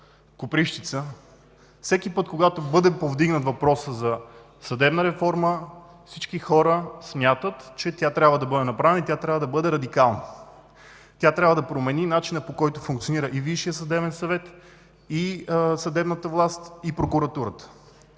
Копривщица всеки път, когато бъде повдигнат въпросът за съдебна реформа, всички хора смятат, че тя трябва да бъде направена и да бъде радикална. Тя трябва да промени начина, по който функционира и Висшият съдебен съвет, и съдебната власт, и прокуратурата.